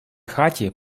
хаті